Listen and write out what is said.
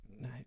No